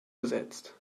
ersetzt